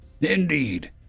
Indeed